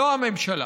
לא בממשלה.